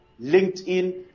LinkedIn